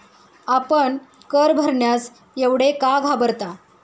आपण कर भरण्यास एवढे का घाबरता?